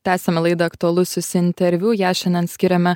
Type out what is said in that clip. tęsiame laidą aktualusis interviu ją šiadien skiriame